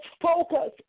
focus